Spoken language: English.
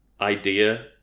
idea